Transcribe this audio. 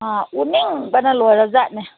ꯑꯥ ꯎꯅꯤꯡꯕꯅ ꯂꯣꯏꯔꯖꯥꯠꯅꯦ